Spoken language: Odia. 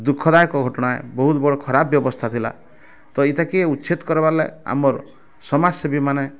ଦୁଃଖଦାୟକ ଘଟଣା ବହୁତ ବଡ଼ ଖରାପ୍ ବ୍ୟବସ୍ଥା ଥିଲା ତ ଇତାକେ ଉଚ୍ଛେଦ୍ କରବାର୍ ଲାଗି ଆମର୍ ସମାଜସେବୀ ମାନେ